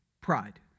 pride